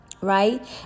Right